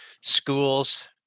schools